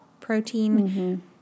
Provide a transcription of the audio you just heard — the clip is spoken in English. protein